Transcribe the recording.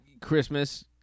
Christmas